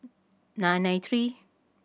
nine nine three